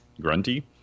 grunty